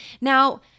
Now